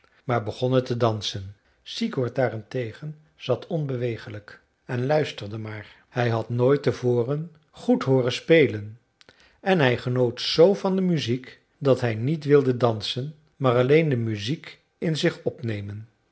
maar begonnen te dansen sigurd daarentegen zat onbewegelijk en luisterde maar hij had nooit te voren goed hooren spelen en hij genoot z van de muziek dat hij niet wilde dansen maar alleen de muziek in zich opnemen